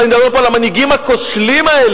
אבל אני מדבר פה על המנהיגים הכושלים האלה,